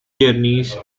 journeys